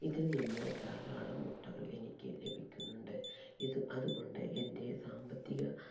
ഇതിൽ നിന്ന് ധാരാളം മുട്ടകൾ എനിക്ക് ലഭിക്കുന്നുണ്ട് ഇത് അതുകൊണ്ട് എൻ്റെ സാമ്പത്തിക